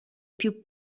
più